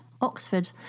Oxford